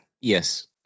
Yes